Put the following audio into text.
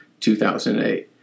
2008